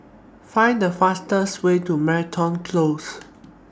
Find The fastest Way to Moreton Close